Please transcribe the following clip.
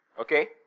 Okay